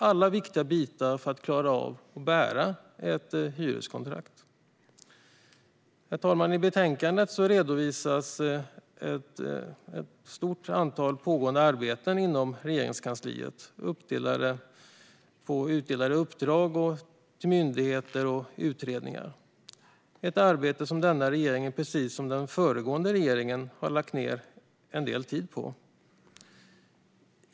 Alla dessa bitar är viktiga för att man ska klara av att bära ett hyreskontrakt. Herr talman! I betänkandet redovisas ett stort antal pågående arbeten inom Regeringskansliet, uppdelade på utdelade uppdrag till myndigheter och utredningar. Detta arbete har denna regering, precis som den föregående regeringen, lagt ned en del tid på.